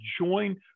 join